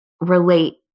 relate